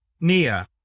Nia